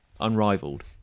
unrivaled